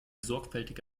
sorgfältige